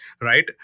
right